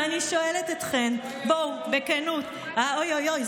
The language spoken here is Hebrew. ואני שואלת אתכן, בואו בכנות, אוי אוי אוי.